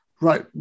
right